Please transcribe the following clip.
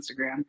Instagram